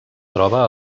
troba